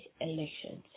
elections